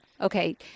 okay